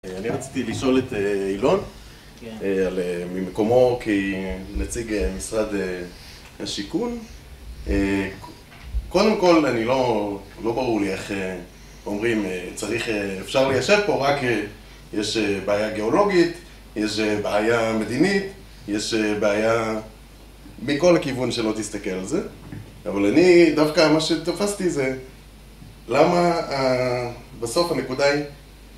אני רציתי לשאול את אילון, ממקומו כנציג משרד השיכון. קודם כל, אני לא, לא ברור לי איך אומרים, צריך, אפשר ליישב פה, רק יש בעיה גיאולוגית, יש בעיה מדינית, יש בעיה מכל כיוון שלא תסתכל על זה. אבל אני דווקא, מה שתפסתי זה, למה בסוף הנקודה היא...